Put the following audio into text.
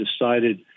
decided